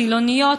חילוניות,